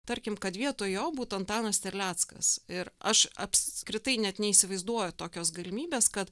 tarkim kad vietoj jo būtų antanas terleckas ir aš apskritai net neįsivaizduoju tokios galimybės kad